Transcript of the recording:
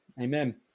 Amen